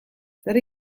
zer